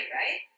right